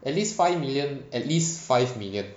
at least five million at least five million